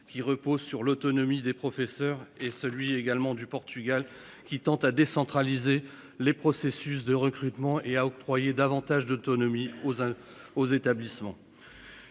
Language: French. qui repose sur l'autonomie des professeurs et celui également du Portugal qui tente à décentraliser les processus de recrutement et à octroyer davantage d'autonomie aux uns, aux établissements.